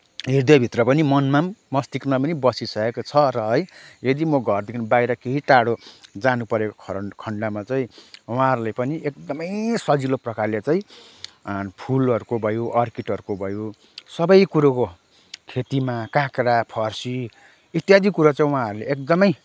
हृदयभित्र पनि मनमा मस्तिष्कमा पनि बसिसकेको छ र है यदि म घरदेखि बाहिर केही टाढो जानुपरेको खन्डमा चाहिँ उहाँहरूले पनि एकदमै सजिलो प्रकारले चाहिँ फुलहरूको भयो अर्किडहरूको भयो सबै कुरोको खेतीमा काँक्रा फर्सी इत्यादि कुरो चाहिँ उहाँहरूले एकदमै